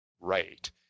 right